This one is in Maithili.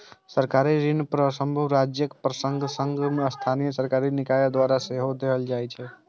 सरकारी ऋण संप्रभु राज्यक संग संग स्थानीय सरकारी निकाय द्वारा सेहो देल जाइ छै